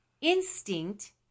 instinct